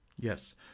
Yes